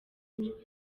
you